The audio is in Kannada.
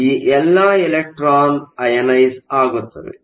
ಈ ಎಲ್ಲಾ ಎಲೆಕ್ಟ್ರಾನ್ಗಳು ಐಅಯನೈಸ಼್ ಆಗುತ್ತವೆ